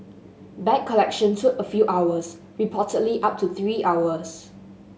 bag collection took a few hours reportedly up to three hours